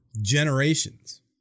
generations